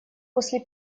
после